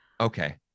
Okay